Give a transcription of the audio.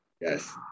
Yes